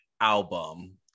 album